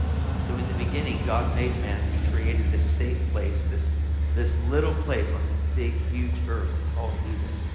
so in the beginning god made man. he created this safe place, this this little place on this big, huge earth called eden.